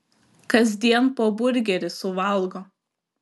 kasdien po burgerį suvalgo